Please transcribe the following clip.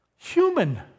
Human